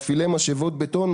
למפעילי משאבות בטון,